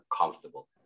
comfortable